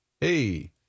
Hey